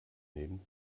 nehmt